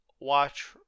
watch